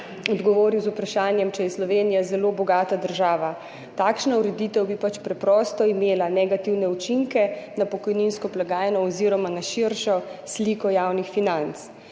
odgovoril z vprašanjem, če je Slovenija zelo bogata država. Takšna ureditev bi preprosto imela negativne učinke na pokojninsko blagajno oziroma na širšo sliko javnih financ.